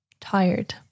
tired